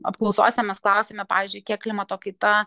apklausose mes klausiame pavyzdžiui kiek klimato kaita